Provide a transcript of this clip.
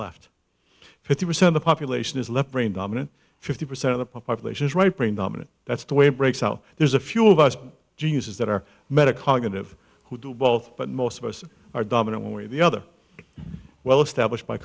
left fifty percent of population is left brain dominant fifty percent of the population is right brain dominant that's the way it breaks out there's a few of us geniuses that are metacognitive who do both but most of us are dominant one way or the other well established by